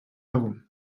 herum